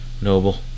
noble